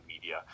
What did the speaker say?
media